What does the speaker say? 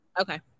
Okay